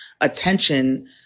attention